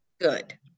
good